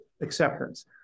acceptance